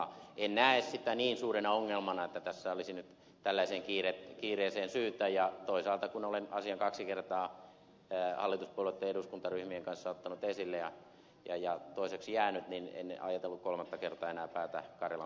en näe sitä niin suurena ongelmana että tässä olisi nyt tällaiseen kiireeseen syytä ja toisaalta kun olen asian kaksi kertaa hallituspuolueitten eduskuntaryhmien kanssa ottanut esille ja toiseksi jäänyt niin en ajatellut kolmatta kertaa enää päätä karjalan mäntyyn lyödä